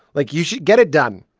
like, you should get it done.